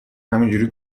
همینجوری